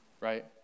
right